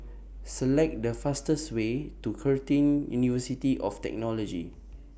Select The fastest Way to Curtin University of Technology